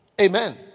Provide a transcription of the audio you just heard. Amen